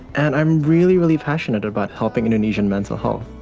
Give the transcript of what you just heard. and i'm really, really passionate about helping indonesian mental health.